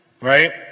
right